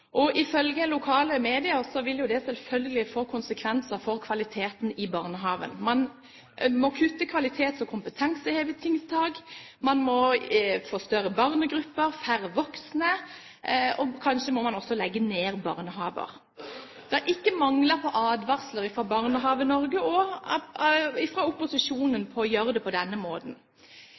barnehagen. Man må kutte kvalitets- og kompetansehevingstiltak, man må ha større barnegrupper og færre voksne, og kanskje må man også legge ned barnehager. Det har ikke manglet på advarsler fra Barnehage-Norge og fra opposisjonen mot å gjøre det på denne måten.